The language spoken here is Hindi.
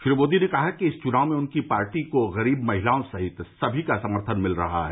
श्री मोदी ने कहा कि इस चुनाव में उनकी पार्टी को गरीब महिलाओं सहित सभी का समर्थन मिल रहा है